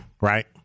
right